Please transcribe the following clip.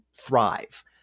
thrive